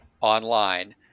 online